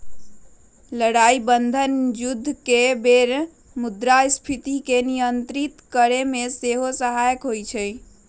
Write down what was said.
लड़ाइ बन्धन जुद्ध के बेर मुद्रास्फीति के नियंत्रित करेमे सेहो सहायक होइ छइ